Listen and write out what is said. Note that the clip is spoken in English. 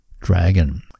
dragon